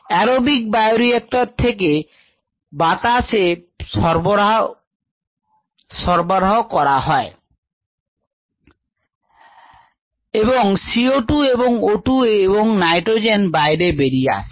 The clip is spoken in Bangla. অ্যারোবিক বায়োরিয়েক্টর এ বাতাস সরবরাহ করা হয় এবং CO2 এবং O2 এবং নাইট্রোজেন বাইরে বেরিয়ে আসে